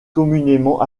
communément